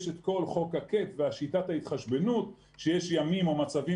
יש את כל החוק ושיטת ההתחשבנות שיש ימים או מצבים